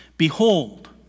Behold